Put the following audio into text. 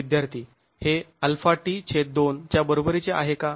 विद्यार्थी हे αt2 च्या बरोबरीचे आहे का